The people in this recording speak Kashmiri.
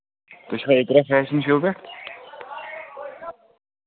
تُہۍ چھِوا ییٚتہِ اِقرا فیشَن شو پٮ۪ٹھٕ